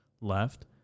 left